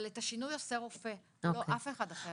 אבל את השינוי עושה רופא ולא אף אחד אחר.